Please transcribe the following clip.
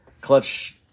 Clutch